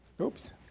Oops